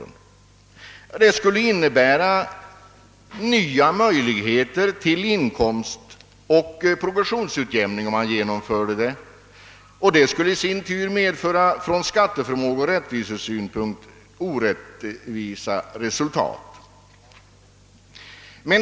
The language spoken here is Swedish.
Ett genomförande skulle innebära nya möjligheter till inkomstoch progressionsutjämning, vilket i sin tur skulle medföra orättvisa resultat från skatteförmågeoch rättvisesynpunkt.